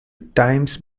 times